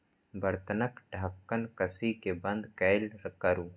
बर्तनक ढक्कन कसि कें बंद कैल करू